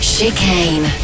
Chicane